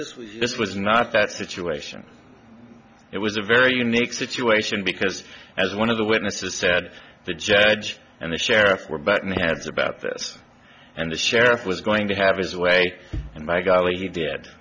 this was not that situation it was a very unique situation because as one of the witnesses said the judge and the sheriff were better nads about this and the sheriff was going to have his way and by golly he did